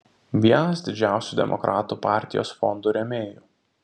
vienas didžiausių demokratų partijos fondų rėmėjų